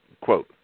quote